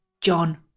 John